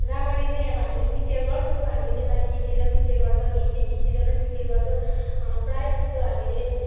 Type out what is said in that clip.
रामरी नै अब हामीले नृत्य गर्छौँ हामीले नेपाली गीततिर पनि नृत्य गर्छौँ हिन्दी गीततिर पनि नृत्य गर्छौँ प्रायःजस्तो हामीले